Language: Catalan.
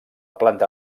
planta